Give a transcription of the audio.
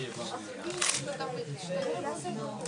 להתחתן עם עולה שעלה פה לפי חוק השבות,